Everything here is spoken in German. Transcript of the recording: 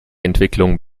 entwicklung